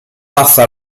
passa